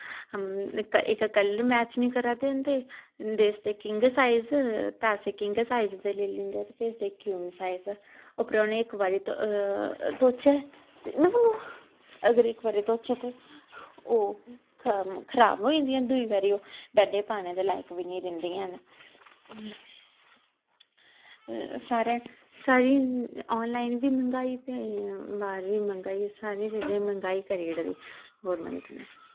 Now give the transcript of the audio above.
इक इक colour match निं करा दे होंदे दसदे किंग साइज पैसे किंग साइज दे लेई लैंदे ते भेजदे क्यून साइज उप्परा उनें ई इक बारी धोचै ते अगर इक बारी धोचै ते ओह् खराब होई दियां दूई बारी ओह् बेडै पाने दे लायक बी निं रैहदियां न सारे सारी ऑनलाइन बी मैहंगाई दी ते बाहर बी मैहंगाई सारी चीजें दी मैहंगाई करी ओड़ी दी गौरमेंट ने